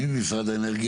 מי נמצא כאן ממשרד האנרגיה?